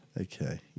Okay